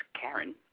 Karen